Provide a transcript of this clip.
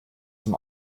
zum